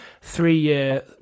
three-year